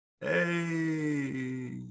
Hey